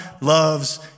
loves